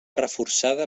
reforçada